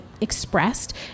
expressed